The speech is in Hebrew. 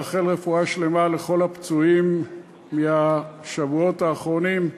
לאחל רפואה שלמה לכל הפצועים מהשבועות האחרונים,